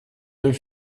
deux